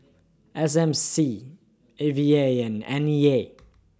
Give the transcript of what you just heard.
S M C A V A and N E A